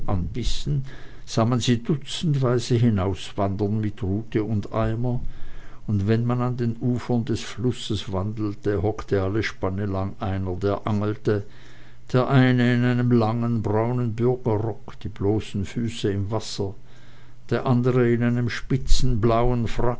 anbissen sah man sie dutzendweise hinauswandern mit rute und eimer und wenn man an den ufern des flusses wandelte horchte alle spanne lang einer der angelte der eine in einem langen braunen bürgerrock die bloßen füße im wasser der andere in einem